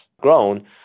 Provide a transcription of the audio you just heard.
grown